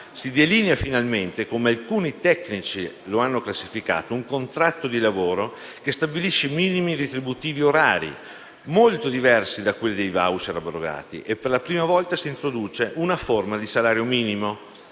si delinea finalmente - così come alcuni tecnici lo hanno classificato - un contratto di lavoro che stabilisce minimi retributivi orari, molto diversi quindi dai *voucher* abrogati e, per la prima volta, si introduce una forma di salario minimo.